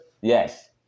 yes